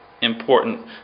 important